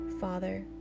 father